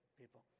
people